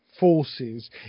forces